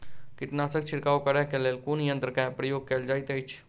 कीटनासक छिड़काव करे केँ लेल कुन यंत्र केँ प्रयोग कैल जाइत अछि?